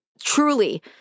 Truly